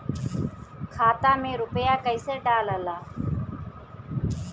खाता में रूपया कैसे डालाला?